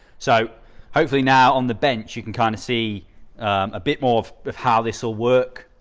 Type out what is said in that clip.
so hopefully now on the bench. you can kind of see a bit more of of how this all work